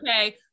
Okay